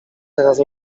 teraz